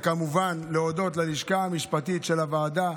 וכמובן להודות ללשכה המשפטית של הוועדה,